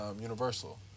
Universal